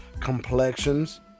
complexions